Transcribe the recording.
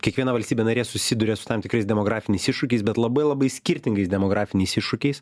kiekviena valstybė narė susiduria su tam tikrais demografiniais iššūkiais bet labai labai skirtingais demografiniais iššūkiais